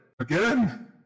Again